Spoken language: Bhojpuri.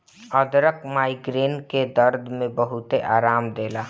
अदरक माइग्रेन के दरद में बहुते आराम देला